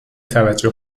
توجه